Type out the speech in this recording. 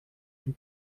une